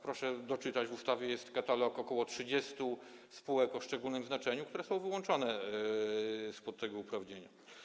Proszę doczytać, w ustawie jest katalog ok. 30 spółek o szczególnym znaczeniu, które są wyłączone spod tego uprawnienia.